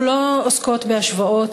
אנחנו לא עוסקות בהשוואות.